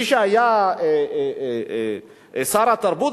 מי שהיה שר התרבות,